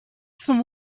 some